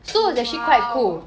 !wow!